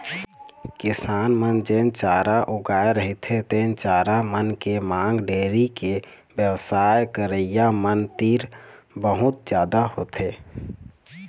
किसान मन जेन चारा उगाए रहिथे तेन चारा मन के मांग डेयरी के बेवसाय करइया मन तीर बहुत जादा होथे